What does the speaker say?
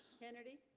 kennedy